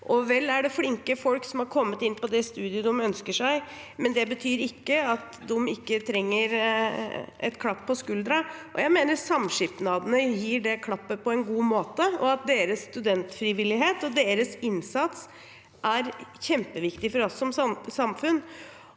Vel er det flinke folk som har kommet inn på det studiet de ønsker seg, men det betyr ikke at de ikke trenger et klapp på skulderen. Jeg mener samskipnadene gir det klappet på en god måte, og at deres studentfrivillighet og deres innsats er kjempeviktig for oss som samfunn.